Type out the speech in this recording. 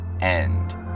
end